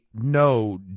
no